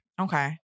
Okay